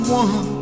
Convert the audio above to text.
one